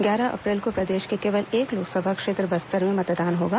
ग्यारह अप्रैल को प्रदेश के केवल एक लोकसभा क्षेत्र बस्तर में मतदान होगा